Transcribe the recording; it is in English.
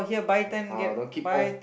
uh don't keep off